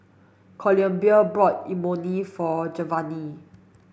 Columbia bought Imoni for Giovanny